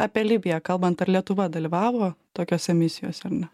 apie libiją kalbant ar lietuva dalyvavo tokiose misijose ar ne